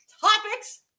topics